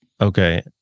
Okay